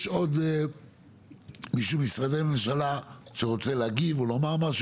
יש עוד מישהו ממשרדי הממשלה שרוצה להגיב או לומר משהו?